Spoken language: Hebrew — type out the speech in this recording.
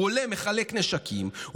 הוא עולה ומחלק נשקים,